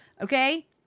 Okay